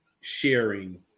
sharing